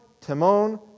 Timon